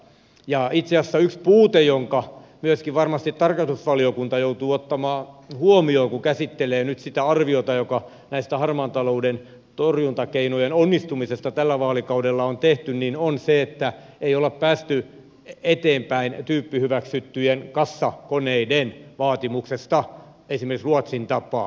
itse asiassa yksi puute jonka varmasti myöskin tarkastusvaliokunta joutuu ottamaan huomioon kun käsittelee nyt sitä arviota joka näistä harmaan talouden torjuntakeinojen onnistumisesta tällä vaalikaudella on tehty on se että ei olla päästy eteenpäin tyyppihyväksyttyjen kassakoneiden vaatimuksesta esimerkiksi ruotsin tapaan